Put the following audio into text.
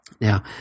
Now